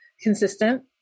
consistent